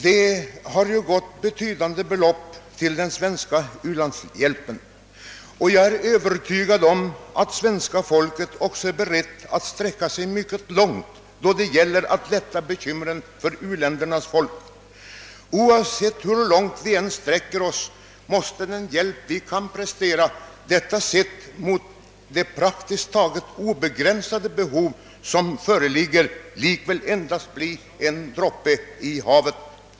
Betydande belopp har ju gått till den svenska u-landshjälpen, och jag är övertygad om att svenska folket också är berett att sträcka sig mycket långt då det gäller att lätta bekymren för u-ländernas folk. Oavsett hur långt vi än sträcker oss måste den hjälp vi kan prestera — detta sett mot det praktiskt taget obegränsade behov som föreligger — likväl endast bli en droppe i havet.